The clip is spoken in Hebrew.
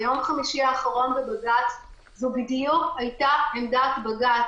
ביום חמישי אחרון בבג"ץ זו בדיוק הייתה עמדת בג"ץ.